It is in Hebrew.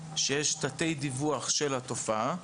שיש תתי דיווח של התופעה,